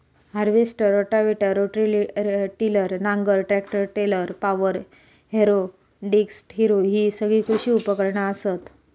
harvester, rotavator, rotary tiller, नांगर, tractor trailer, power harrow, disc harrow हि सगळी कृषी उपकरणा असत